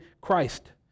Christ